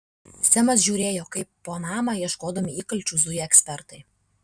semas žiūrėjo kaip po namą ieškodami įkalčių zuja ekspertai